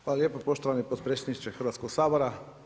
Hvala lijepo poštovani potpredsjedniče Hrvatskog sabora.